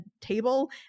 table